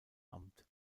amt